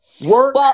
Work